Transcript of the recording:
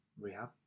rehab